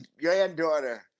granddaughter